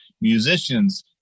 musicians